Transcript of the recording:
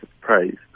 praise